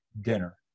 dinner